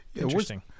Interesting